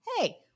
hey